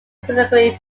subsequently